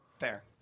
Fair